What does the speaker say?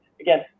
Again